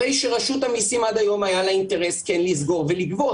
הרי שרשות המיסים עד היום היה לה אינטרס כן לסגור ולגבות.